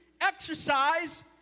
exercise